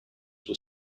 were